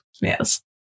Yes